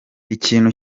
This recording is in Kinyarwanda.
ikintu